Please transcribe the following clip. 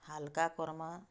ହାଲ୍କା କର୍ମା